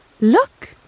look